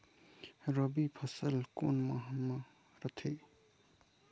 रबी फसल कोन माह म रथे?